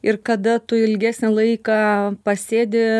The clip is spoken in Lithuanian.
ir kada tu ilgesnį laiką pasėdi